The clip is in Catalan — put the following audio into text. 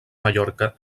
mallorca